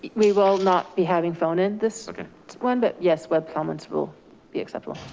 we will not be having phone in this one, but yes web comments will be accepted.